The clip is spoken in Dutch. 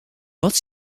wat